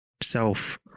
self